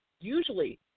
usually